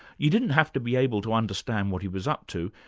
you didn't have to be able to understand what he was up to,